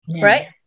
right